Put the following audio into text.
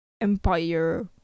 Empire